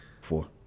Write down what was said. Four